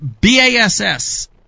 BASS